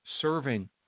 serving